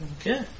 Okay